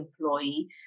employee